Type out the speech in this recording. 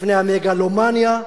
לפני המגלומניה.